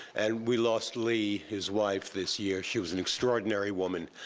and we lost lee, his wife, this year. she was an extraordinary woman,